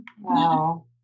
Wow